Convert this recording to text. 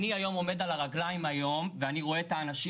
אני היום עומד על הרגלים ואני רואה את האנשים